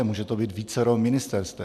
Může to být vícero ministerstev.